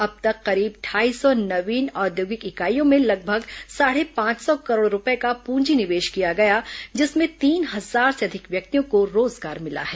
अब तक लगभग ढाई सौ नवीन औद्योगिक इकाईयों में लगभग साढ़े पांच सौ करोड़ रूपए का पूंजी निवेश किया गया जिसमें तीन हजार से अधिक व्यक्तियों को रोजगार मिला है